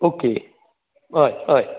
okay हय हय